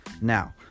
now